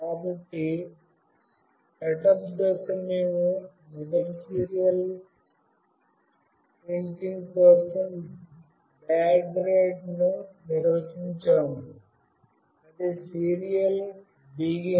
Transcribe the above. కాబట్టి సెటప్ దశలో మేము మొదట సీరియల్ ప్రింటింగ్ కోసం బాడ్ రేటు ను నిర్వచించాము అది Serial